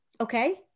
okay